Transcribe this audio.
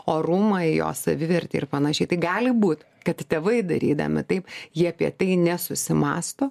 orumą jo savivertę ir panašiai tai gali būt kad tėvai darydami taip jie apie tai nesusimąsto